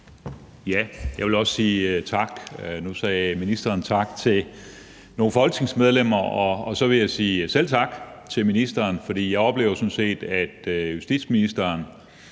Jeg vil også sige tak. Nu sagde ministeren tak til nogle folketingsmedlemmer, og så vil jeg sige selv tak til ministeren, for jeg oplever sådan set, at justitsministeren